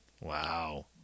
Wow